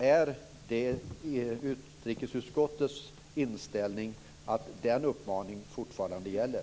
Är det utrikesutskottets inställning att den uppmaningen fortfarande gäller?